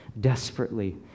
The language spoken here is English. desperately